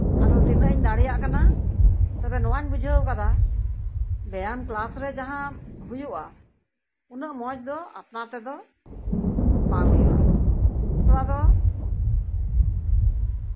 ᱟᱫᱚ ᱛᱤᱱᱟᱹᱜ ᱤᱧ ᱫᱟᱲᱮᱭᱟᱜ ᱠᱟᱱᱟ ᱛᱚᱵᱮ ᱱᱚᱣᱟᱧ ᱵᱩᱡᱷᱟ ᱵᱮᱭᱟᱢ ᱠᱞᱟᱥ ᱨᱮ ᱡᱟᱦᱟᱸ ᱦᱩᱭᱩᱜᱼᱟ ᱩᱱᱟᱹᱜ ᱢᱚᱡᱽ ᱫᱚ ᱟᱯᱱᱟᱨ ᱛᱮᱫᱚ ᱵᱟᱝ ᱦᱩᱭᱩᱜᱼᱟ ᱛᱷᱚᱲᱟ ᱫᱚ